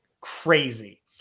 crazy